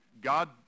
God